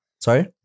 Sorry